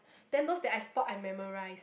then those that I spot I memorize